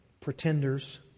pretenders